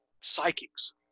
psychics